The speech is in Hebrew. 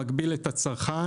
מגביל את הצרכן.